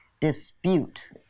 dispute